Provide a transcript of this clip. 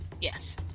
Yes